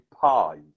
Pi